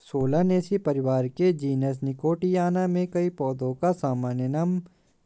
Solanaceae परिवार के genus Nicotiana में कई पौधों का सामान्य नाम